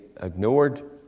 ignored